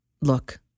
Look